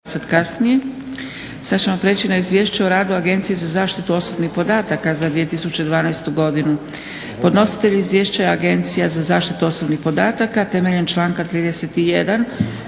(SDP)** Sad ćemo prijeći na - Izvješće o radu Agencije za zaštitu osobnih podataka za 2012. godinu Podnositelj izvješća je Agencija za zaštitu osobnih podataka temeljem članka 31. Zakona